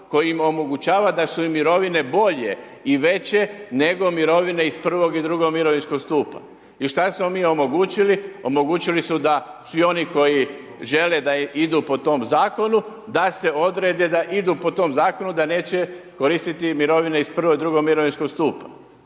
koji im omogućava da su i mirovine bolje i veće nego mirovine iz prvog i drugog mirovinskog stupa. I šta smo mi omogućili? Omogućili su da svi oni koji žele da idu po tom zakonu, da se odrede da idu po tom zakonu da neće koristit mirovine iz prvog i drugog mirovinskog stupa.